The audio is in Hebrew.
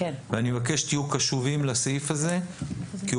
אני מבקש שתהיו קשובים לסעיף הזה כי הוא